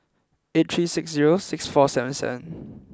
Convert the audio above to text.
eight three six zero six four seven seven